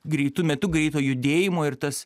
greitu metu greito judėjimo ir tas